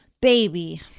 Baby